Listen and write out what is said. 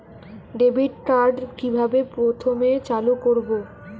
Debit card কিভাবে প্রথমে চালু করব?